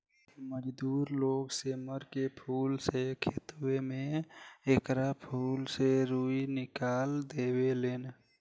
मजदूर लोग सेमर के फूल से खेतवे में एकरा फूल से रूई निकाल देवे लेन